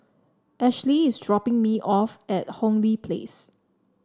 Ashlea is dropping me off at Hong Lee Place